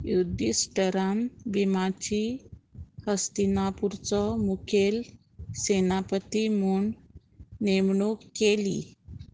युधिस्टरान बिमाची हस्तीनापूरचो मुखेल सेनापती म्हूण नेमणूक केली